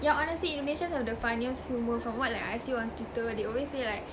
yeah honestly indonesians have the funniest humour from what I see on Twitter they always say like